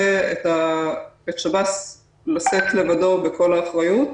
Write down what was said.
משאיר את שב"ס לשאת לבדו בכל האחריות,